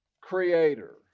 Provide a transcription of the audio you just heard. creator